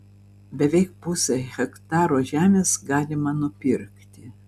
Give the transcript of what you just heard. beveik pusę hektaro žemės galima nupirkti